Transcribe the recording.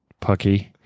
pucky